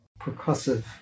percussive